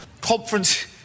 Conference